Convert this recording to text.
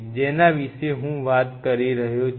જેના વિશે હું વાત કરી રહ્યો છું